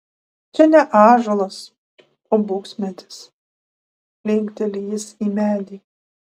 čia ne ąžuolas o buksmedis linkteli jis į medį